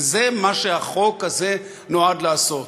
וזה מה שהחוק הזה נועד לעשות.